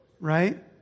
right